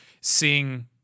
seeing